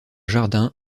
jardin